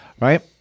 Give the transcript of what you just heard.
right